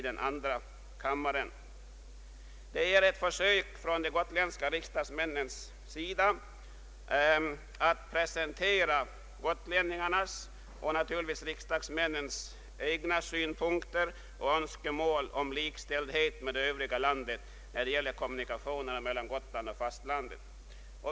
Motionerna ipnebär ett försök från de gotländska riksdagsmännens sida att presentera gotlänningarnas och naturligtvis riksdagsmännens egna synpunkter och önskemål om likställighet med det övriga landet när det gäller kommunikationerna.